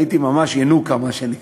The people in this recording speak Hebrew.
הייתי ממש ינוקא, מה שנקרא.